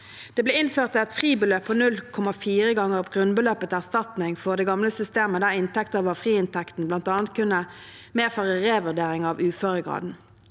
Det ble innført et fribeløp på 0,4 ganger grunnbeløpet til erstatning for det gamle systemet, der inntekter over friinntekten bl.a. kunne medføre revurdering av uføregraden.